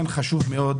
חשוב מאוד